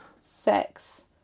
sex